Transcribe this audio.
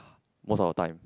most of the time